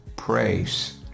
Praise